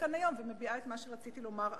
כאן היום ומביעה את מה שרציתי לומר אז.